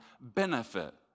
benefit